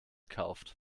gekauft